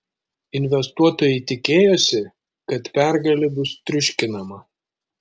investuotojai tikėjosi kad pergalė bus triuškinama